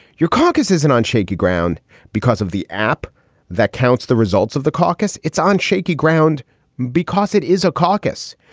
your caucus isn't on shaky ground because of the app that counts the results of the caucus. it's on shaky ground because it is a caucus.